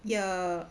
ya